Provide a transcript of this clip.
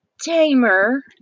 tamer